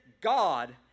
God